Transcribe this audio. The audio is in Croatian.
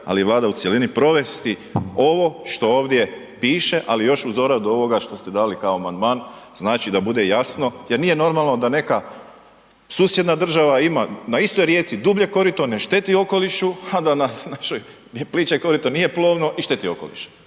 ali i Vlada u cjelini provesti ovo što ovdje piše, ali još uz doradu ovoga što ste dali kao amandman. Znači, da bude jasno jer nije normalno da neka susjedna država ima na istoj rijeci dublje korito, ne šteti okolišu, a da na našoj gdje je pliće korito nije plovno i šteti okolišu